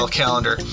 calendar